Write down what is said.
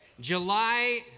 July